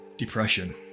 depression